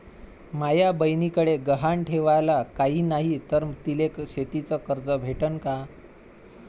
माया बयनीकडे गहान ठेवाला काय नाही तर तिले शेतीच कर्ज भेटन का?